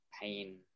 pain